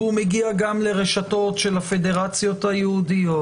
והוא מגיע גם לרשתות של הפדרציות היהודיות,